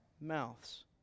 mouths